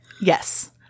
Yes